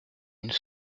une